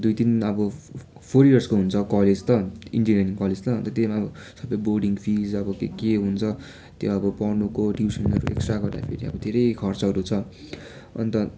दुई तिन अब फोर इयर्सको हुन्छ कलेज त इन्जिनियरिङ कलेज त अन्त त्यहीमा सबै बोर्डिङ फिज अब के के हुन्छ त्यो अब पढ्नुको टिउसनहरू एक्स्ट्रा गर्दाखेरि अब धेरै खर्चहरू छ अन्त